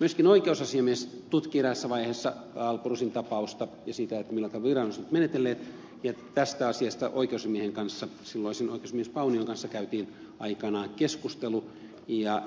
myöskin oikeusasiamies tutki eräässä vaiheessa alpo rusin tapausta ja sitä millä tavalla viranomaiset ovat menetelleet ja tästä asiasta oikeusasiamiehen kanssa silloisen oikeusasiamies paunion kanssa käytiin aikanaan keskustelu ja